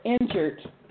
injured